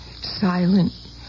silent